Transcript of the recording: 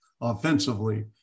offensively